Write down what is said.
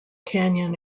canyon